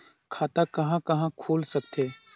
खाता कहा कहा खुल सकथे?